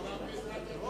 הוא אמר בעזרת השם.